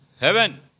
heaven